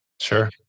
Sure